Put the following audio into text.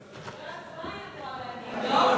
אחרי ההצבעה היא אמורה להגיב, לא?